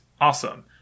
awesome